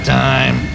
time